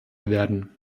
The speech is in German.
werden